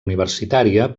universitària